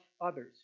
others